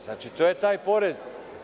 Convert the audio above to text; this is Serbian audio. Znači, to je taj porez.